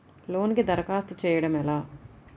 లోనుకి దరఖాస్తు చేయడము ఎలా?